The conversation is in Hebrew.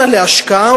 אלא להשקעה,